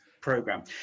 program